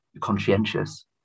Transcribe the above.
conscientious